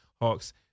Hawks